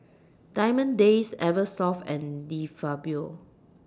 Diamond Days Eversoft and De Fabio